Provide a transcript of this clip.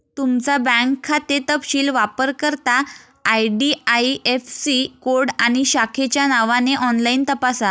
तुमचा बँक खाते तपशील वापरकर्ता आई.डी.आई.ऍफ़.सी कोड आणि शाखेच्या नावाने ऑनलाइन तपासा